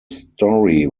story